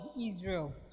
Israel